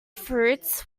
fruits